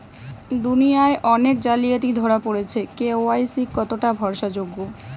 দুনিয়ায় অনেক জালিয়াতি ধরা পরেছে কে.ওয়াই.সি কতোটা ভরসা যোগ্য?